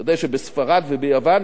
אתה יודע שבספרד וביוון